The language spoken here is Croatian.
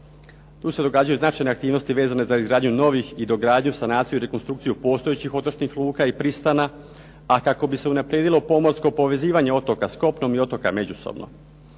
tu se događaju značajne aktivnosti vezane za izgradnju novih i dogradnju, sanaciju i rekonstrukciju postojećih otočnih luka i pristana, a kako bi se unaprijedilo pomorsko povezivanje otoka sa kopnom i otoka međusobno.